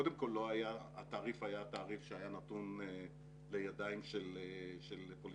קודם כול התעריף היה תעריף שהיה נתון לידיים של פוליטיקאים,